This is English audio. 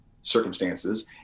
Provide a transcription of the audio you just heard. circumstances